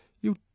You